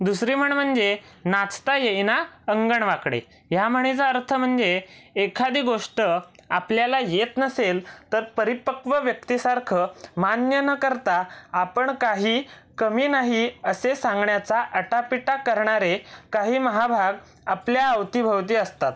दुसरी म्हण म्हणजे नाचता येईना अंगण वाकडे या म्हणीचा अर्थ म्हणजे एखादी गोष्ट आपल्याला येत नसेल तर परिपक्व व्यक्तीसारखं मान्य न करता आपण काही कमी नाही असे सांगण्याचा आटापिटा करणारे काही महाभाग आपल्या अवतीभवती असतात